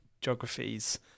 geographies